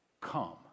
Come